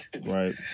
Right